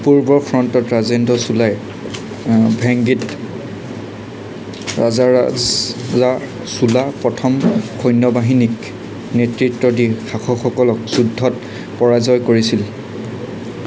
পূৰ্বৰ ফ্ৰ'ণ্টত ৰাজেন্দ্ৰ চোলাই ভেংগীত ৰাজাৰাজ চোলা চোলা প্ৰথম সৈন্যবাহিনীক নেতৃত্ব দি শাসকসকলক যুদ্ধত পৰাজয় কৰিছিল